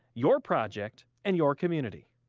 your project, and your community.